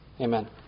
Amen